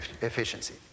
efficiency